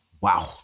Wow